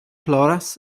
ploras